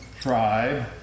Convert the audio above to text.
tribe